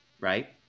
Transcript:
Right